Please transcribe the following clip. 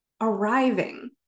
Arriving